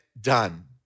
done